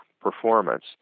performance